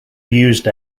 used